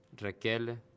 Raquel